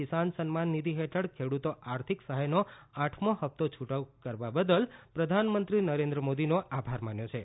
કિસાન સન્માન નિધિ હેઠળ ખેડૂતો આર્થિક સહાયનો આઠમો હપ્તો છૂટો કરવા બદલ પ્રધાનમંત્રી નરેન્દ્ર મોદીનો આભાર માન્યો છે